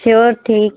সেও ঠিক